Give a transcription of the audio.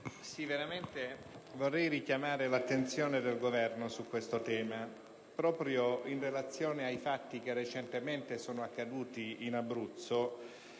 Presidente, vorrei richiamare l'attenzione del Governo su questo tema. Proprio in relazione ai fatti che recentemente sono accaduti in Abruzzo,